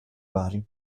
bari